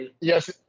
Yes